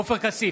(קורא בשמות חברי הכנסת) עופר כסיף,